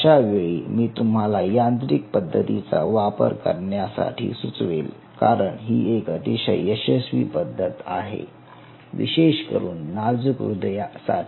अशावेळी मी तुम्हाला यांत्रिक पद्धतीचा वापर करायला सुचवेल कारण ही एक अतिशय यशस्वी पद्धत आहे विशेष करून नाजूक हृदयासाठी